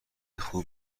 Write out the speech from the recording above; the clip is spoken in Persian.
خوب